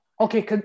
Okay